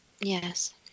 Yes